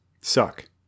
Suck